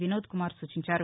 వినోద్కుమార్ సూచించారు